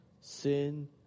sin